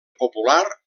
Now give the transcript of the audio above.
popular